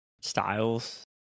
styles